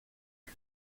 que